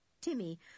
Timmy